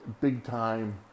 big-time